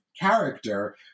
character